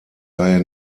daher